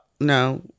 No